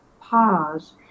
pause